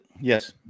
Yes